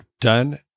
done